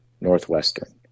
Northwestern